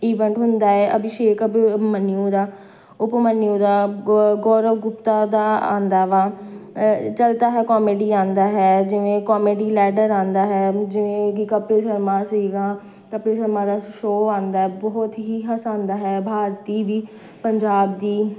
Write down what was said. event ਹੁੰਦਾ ਹੈ ਅਭਿਸ਼ੇਕ ਅਭਿਮਨਿਊ ਦਾ ਉਪਮਨਿਊ ਦਾ ਗ ਗੌਰਵ ਗੁਪਤਾ ਦਾ ਆਉਂਦਾ ਵਾ ਚਲਤਾ ਹੈ ਕੋਮੇਡੀ ਆਉਂਦਾ ਹੈ ਜਿਵੇਂ ਕੋਮੇਡੀ ਲੈਡਰ ਆਉਂਦਾ ਹੈ ਜਿਵੇਂ ਕਿ ਕਪਿਲ ਸ਼ਰਮਾ ਸੀਗਾ ਕਪਿਲ ਸ਼ਰਮਾ ਦਾ ਸ਼ੋਅ ਆਉਂਦਾ ਬਹੁਤ ਹੀ ਹਸਾਉਂਦਾ ਹੈ ਭਾਰਤੀ ਵੀ ਪੰਜਾਬ ਦੀ